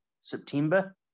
september